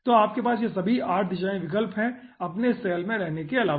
तो आपके पास ये सभी 8 दिशाएं विकल्प है अपने सैल में रहने के अलावा